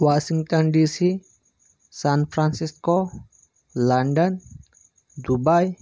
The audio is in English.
Washington DC San Francisco London Dubai